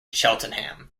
cheltenham